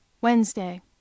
WEDNESDAY